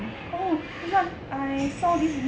oh this one I saw this